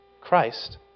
Christ